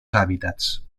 hábitats